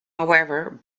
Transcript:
however